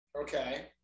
Okay